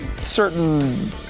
certain